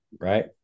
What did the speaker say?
right